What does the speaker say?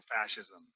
fascism